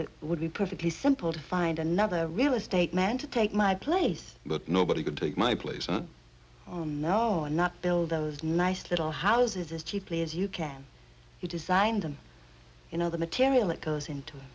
it would be perfectly simple to find another real estate man to take my place but nobody could take my place i know not build those nice little houses as cheaply as you can you design them you know the material that goes into